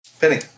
Penny